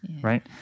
right